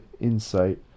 insight